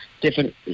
different